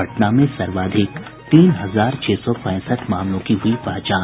पटना में सर्वाधिक तीन हजार छह सौ पैंसठ मामलों की हुई पहचान